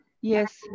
yes